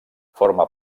forma